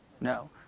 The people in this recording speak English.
no